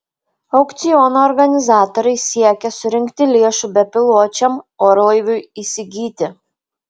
aukciono organizatoriai siekia surinkti lėšų bepiločiam orlaiviui įsigyti